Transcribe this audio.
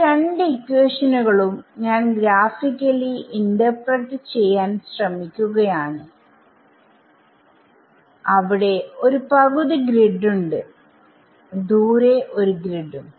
ഈ രണ്ട് ഇക്വേഷനുകളും ഞാൻ ഗ്രാഫിക്കലി ഇന്റർപ്രെട്ട് ചെയ്യാൻ ശ്രമിക്കുകയാണ് അവിടെ ഒരു പകുതി ഗ്രിഡ് ഉണ്ട് ദൂരെ ഒരു ഗ്രിഡ് ഉം